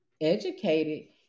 educated